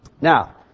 Now